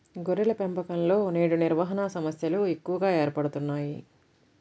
గొర్రెల పెంపకంలో నేడు నిర్వహణ సమస్యలు ఎక్కువగా ఏర్పడుతున్నాయి